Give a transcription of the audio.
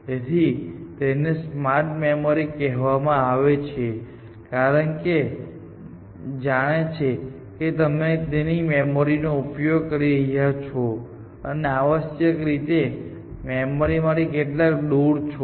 તેથી જ તેને સ્માર્ટ મેમરી કહેવામાં આવે છે કારણકે તે જાણે છે કે તમે કેટલી મેમરીનો ઉપયોગ કરી રહ્યા છો અને તે આવશ્યકરીતે મેમરીથી કેટલા દૂર છો